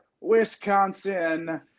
Wisconsin